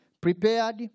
prepared